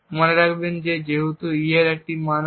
মনে রাখবেন যে যেহেতু e এর একটি মান আছে